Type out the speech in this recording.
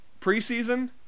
preseason